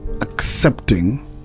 accepting